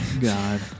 God